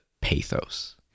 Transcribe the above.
pathos